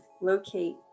locate